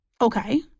Okay